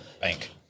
bank